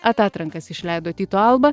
atatrankas išleido tyto alba